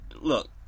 Look